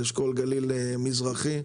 זה אשכול גליל מזרחי.